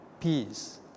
peace